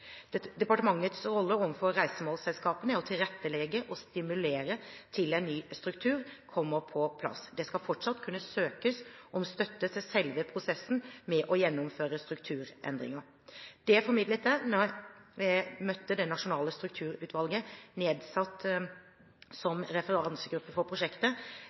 Departementets rolle overfor reisemålsselskapene er å tilrettelegge og stimulere til at en ny struktur kommer på plass. Det skal fortsatt kunne søkes om støtte til selve prosessen med å gjennomføre strukturendringer. Dette formidlet jeg da jeg møtte det nasjonale Strukturutvalget, nedsatt som referansegruppe for prosjektet,